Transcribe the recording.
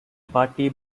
party